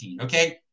Okay